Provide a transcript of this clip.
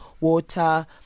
water